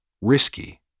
risky